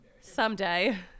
Someday